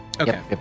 Okay